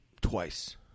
twice